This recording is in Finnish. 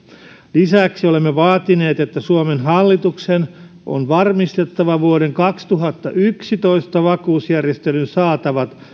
lisäksi olemme vaatineet että suomen hallituksen on varmistettava vuoden kaksituhattayksitoista vakuusjärjestelyn saatavat